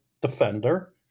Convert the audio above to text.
defender